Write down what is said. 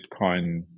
bitcoin